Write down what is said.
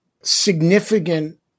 significant